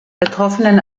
betroffenen